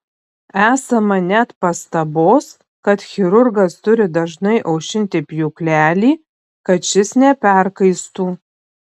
esama net pastabos kad chirurgas turi dažnai aušinti pjūklelį kad šis neperkaistų